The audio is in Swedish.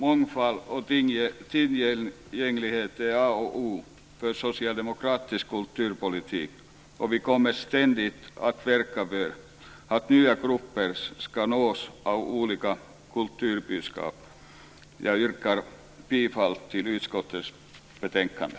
Mångfald och tillgänglighet är A och O för socialdemokratisk kulturpolitik. Vi kommer ständigt att verka för att nya grupper ska nås av olika kulturbudskap. Jag yrkar bifall till hemställan i utskottets betänkande.